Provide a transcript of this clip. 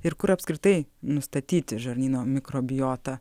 ir kur apskritai nustatyti žarnyno mikrobiotą